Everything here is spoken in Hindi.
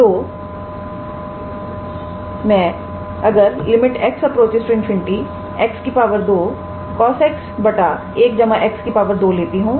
तो मैं अगरx∞ 𝑥 2 𝑐𝑜𝑠𝑥1𝑥 2 लेती हूं या 𝜇 2 लेती हूं